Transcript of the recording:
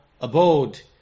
abode